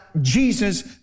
Jesus